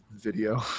video